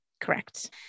Correct